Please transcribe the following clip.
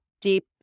deep